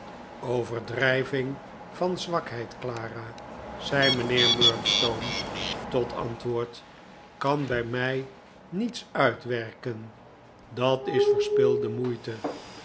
overdrijving van zwakheid clara zei mijnheer murdstone tot antwbtfrd kan bij mij niets uitwerken dat is verspilde moeite